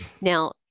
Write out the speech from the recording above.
Now